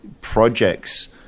projects